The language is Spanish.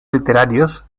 literarios